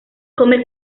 come